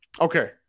okay